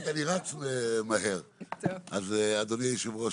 אדוני היושב-ראש,